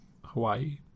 Hawaii